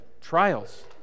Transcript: trials